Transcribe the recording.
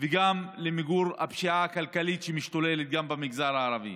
וגם למיגור הפשיעה הכלכלית שמשתוללת גם במגזר הערבי.